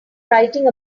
writing